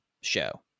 show